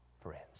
friends